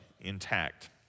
intact